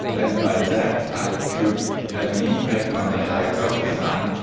and by that i could have an impact on the height of the fine,